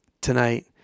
tonight